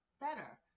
better